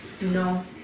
No